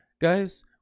guys